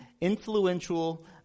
influential